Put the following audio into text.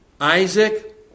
Isaac